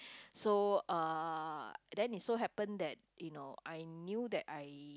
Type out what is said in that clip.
so uh then it so happen that you know I knew that I